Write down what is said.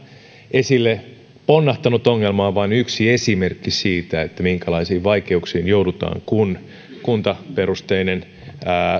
esille ponnahtanut ongelma on vain yksi esimerkki siitä minkälaisiin vaikeuksiin joudutaan kun kuntaperusteinen